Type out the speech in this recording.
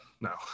no